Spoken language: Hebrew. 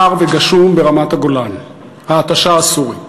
קר וגשום ברמת-הגולן, ההתשה הסורית.